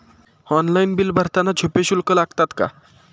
Online bill भरताना छुपे शुल्क लागतात का?